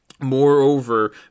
Moreover